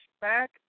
back